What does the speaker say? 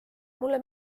mulle